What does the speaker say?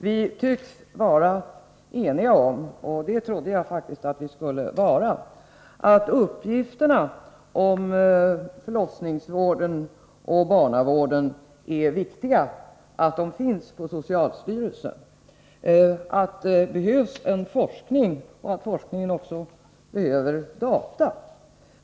Vi tycks vara eniga om — och det trodde jag faktiskt att vi skulle vara — att det är viktigt att uppgifterna om förlossningsvården och barnavården finns på socialstyrelsen, om att det behövs en forskning och om att det för forskningen också behövs data.